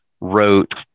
wrote